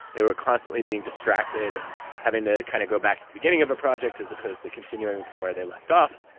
they were constantly being distracted and having to kind of go back to the beginning of a project as opposed to continuing from where they left left off.